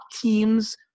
teams